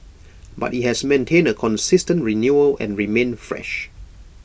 but IT has maintained A consistent renewal and remained fresh